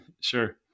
Sure